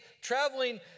traveling